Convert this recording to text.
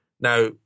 Now